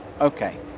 Okay